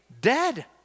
dead